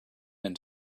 and